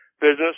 business